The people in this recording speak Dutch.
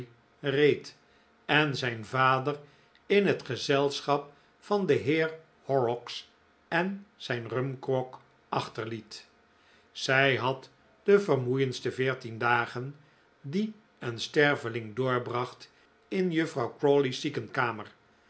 reed en zijn vader in het gezelschap van den heer horrocks en zijn rumgrog achterliet zij had de vermoeiendste veertien dagen die een sterveling doorbracht in juffrouw